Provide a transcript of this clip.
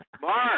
Mark